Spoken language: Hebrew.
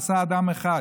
עשה אדם אחד,